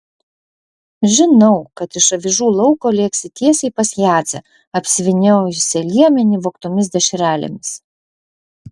žinau kad iš avižų lauko lėksi tiesiai pas jadzę apsivyniojusią liemenį vogtomis dešrelėmis